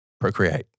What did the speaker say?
procreate